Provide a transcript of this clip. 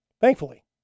thankfully